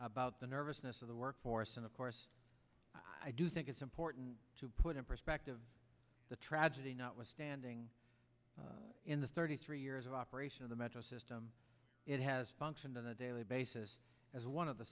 about the nervousness of the workforce and of course i do think it's important to put in perspective the tragedy not withstanding in the thirty three years of operation the metro system it has functioned on a daily basis as one of the